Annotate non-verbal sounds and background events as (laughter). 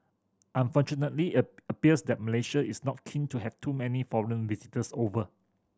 unfortunately (unintelligible) appears that Malaysia is not keen to have too many foreign visitors over